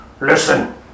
listen